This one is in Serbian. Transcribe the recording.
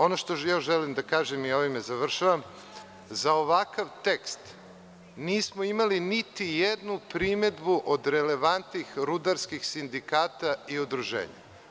Ono što još želim da kažem i time ću završiti, za ovakav tekst nismo imali niti jednu primedbu od relevantnih rudarskih sindikata i udruženja.